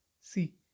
See